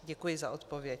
Děkuji za odpověď.